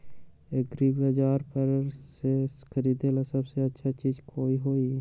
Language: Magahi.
एग्रिबाजार पर से खरीदे ला सबसे अच्छा चीज कोन हई?